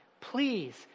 Please